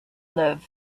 live